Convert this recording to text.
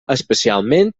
especialment